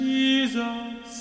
Jesus